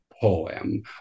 poem